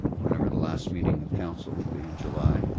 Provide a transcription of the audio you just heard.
whenever the last meeting of council would be, in july,